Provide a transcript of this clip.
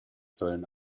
sollen